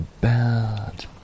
bad